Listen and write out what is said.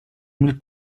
mil